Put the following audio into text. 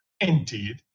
Indeed